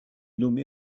nommé